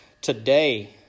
today